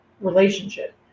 relationship